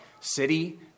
city